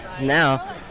now